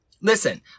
Listen